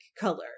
color